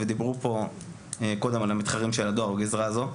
ודיברו פה קודם על המתחרים של הדואר בגזרה הזו.